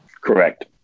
Correct